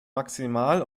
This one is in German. maximal